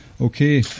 Okay